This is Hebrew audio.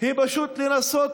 היא פשוט לנסות